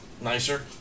Nicer